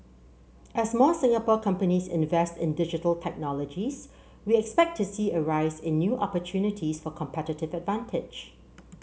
as more Singapore companies invest in Digital Technologies we expect to see a rise in new opportunities for competitive advantage